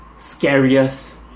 Scariest